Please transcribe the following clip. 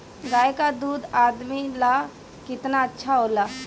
गाय का दूध आदमी ला कितना अच्छा होला?